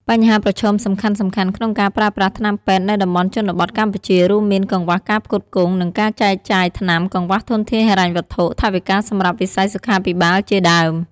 បញ្ហាប្រឈមសំខាន់ៗក្នុងការប្រើប្រាស់ថ្នាំពេទ្យនៅតំបន់ជនបទកម្ពុជា រួមមាន កង្វះការផ្គត់ផ្គង់ និងការចែកចាយថ្នាំ កង្វះធនធានហិរញ្ញវត្ថុ ថវិកាសម្រាប់វិស័យសុខាភិបាលជាដើម។